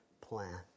plan